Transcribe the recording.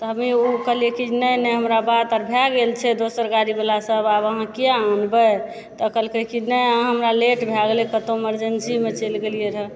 तऽ हमहीं उ कहलियै कि नहि नहि हमरा बात अर भए गेल छै दोसर गाड़ीवलासँ आब अहाँ किएक आनबय तऽ कहलकइ कि नहि अहाँ हमरा लेट भए गेलय कतहु इमरजेन्सीमे चलि गेलियइ रहय